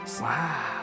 Wow